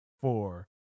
four